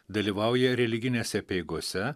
dalyvauja religinėse apeigose